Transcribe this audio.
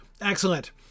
excellent